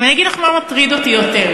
אני אגיד לך מה מטריד אותי יותר,